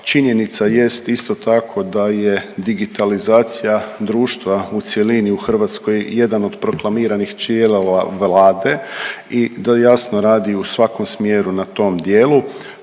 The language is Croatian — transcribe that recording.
Činjenica jest, isto tako, da je digitalizacija društva u cjelini u Hrvatskoj jedan od proklamiranih .../Govornik se ne razumije./... Vlade i da jasno radi u svakom smjeru na tom dijelu,